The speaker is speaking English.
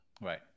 Right